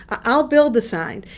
i'll build the sign.